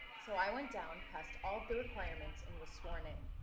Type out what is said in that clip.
so i went down, passed all the requirements and was sworn in.